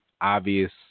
obvious